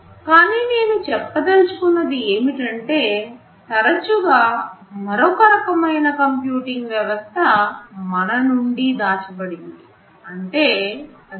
కానీ నేను చెప్పదలచుకున్నది ఏమిటంటే తరచుగా మరొక రకమైన కంప్యూటింగ్ వ్యవస్థ మన నుండి దాచబడింది అంటే అది మనం చూడలేము